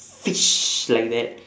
fish like that